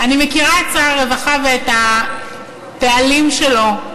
אני מכירה את שר הרווחה ואת הפעלים שלו,